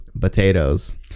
potatoes